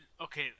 okay